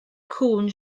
cŵn